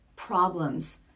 problems